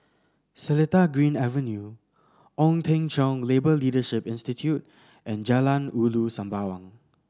Seletar Green Avenue Ong Teng Cheong Labour Leadership Institute and Jalan Ulu Sembawang